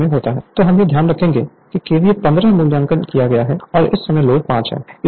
तो हम यह ध्यान रखेंगे कि केवीए 15 मूल्यांकन किया गया है और उस समय लोड 5 है